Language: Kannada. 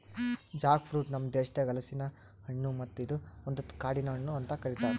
ಜಾಕ್ ಫ್ರೂಟ್ ನಮ್ ದೇಶದಾಗ್ ಹಲಸಿನ ಹಣ್ಣು ಮತ್ತ ಇದು ಒಂದು ಕಾಡಿನ ಹಣ್ಣು ಅಂತ್ ಕರಿತಾರ್